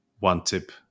one-tip